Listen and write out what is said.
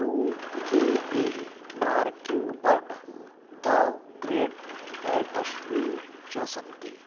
two kill a mocking bird the great Gatsby च सन्ति